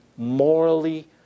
Morally